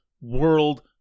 world